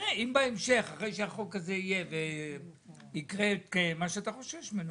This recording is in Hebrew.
נראה אם בהמשך אחרי שהחוק הזה יהיה ויקרה מה שאתה חושש ממנו,